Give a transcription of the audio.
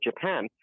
Japan